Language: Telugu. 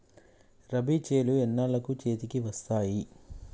రబీ చేలు ఎన్నాళ్ళకు చేతికి వస్తాయి?